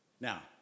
Now